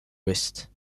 ouest